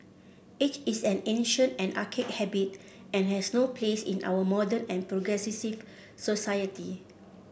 it is an ancient and archaic habit and has no place in our modern and progressive society